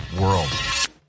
world